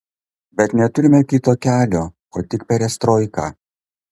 bet neturime kito kelio o tik perestroiką